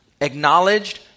acknowledged